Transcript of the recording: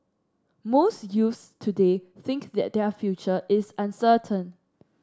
most youths today think that their future is uncertain